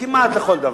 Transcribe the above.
לא לכל דבר.